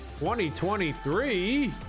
2023